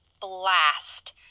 blast